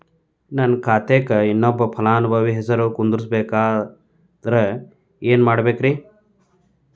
ನನ್ನ ಖಾತೆಕ್ ಇನ್ನೊಬ್ಬ ಫಲಾನುಭವಿ ಹೆಸರು ಕುಂಡರಸಾಕ ಏನ್ ಮಾಡ್ಬೇಕ್ರಿ?